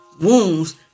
Wounds